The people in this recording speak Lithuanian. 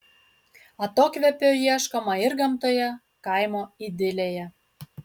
atokvėpio ieškoma ir gamtoje kaimo idilėje